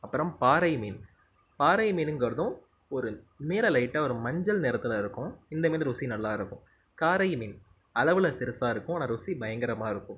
அப்புறம் பாறை மீன் பாறை மீனுங்கிறதும் ஒரு மேலே லைட்டாக ஒரு மஞ்சள் நிறத்தில் இருக்கும் இந்த மீன் ருசி நல்லாயிருக்கும் காரை மீன் அளவில் சிறுசாக இருக்கும் ஆனால் ருசி பயங்கரமாக இருக்கும்